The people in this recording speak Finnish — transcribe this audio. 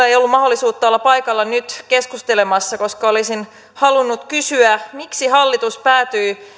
ei ollut mahdollisuutta olla paikalla nyt keskustelemassa koska olisin halunnut kysyä miksi hallitus päätyi